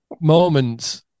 Moments